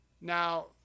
Now